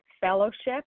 fellowship